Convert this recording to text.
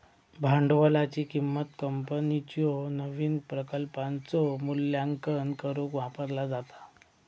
भांडवलाची किंमत कंपनीच्यो नवीन प्रकल्पांचो मूल्यांकन करुक वापरला जाता